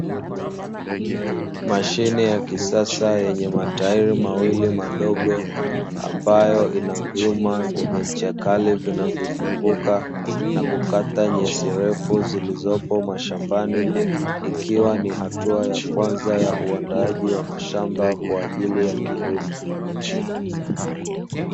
Mashine ya kisasa yenye matairi madogo mawili ambayo yana ncha kali ya kukata nyasi shambani